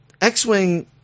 X-Wing –